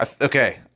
Okay